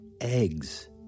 eggs